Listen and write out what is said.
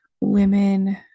women